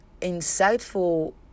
insightful